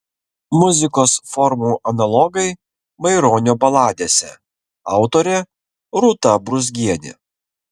muzikos formų analogai maironio baladėse autorė rūta brūzgienė